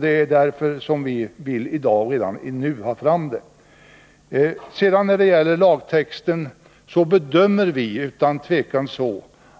Det är därför vi redan nu vill ha fram dessa bestämmelser. När det gäller lagtexten anser vi